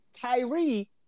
Kyrie